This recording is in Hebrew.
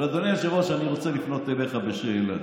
אבל אדוני היושב-ראש, אני רוצה לפנות אליך בשאלה.